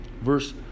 verse